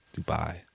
Dubai